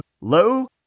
low